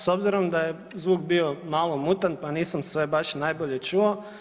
S obzirom da je zvuk bio malo mutan, pa nisam sve baš najbolje čuo.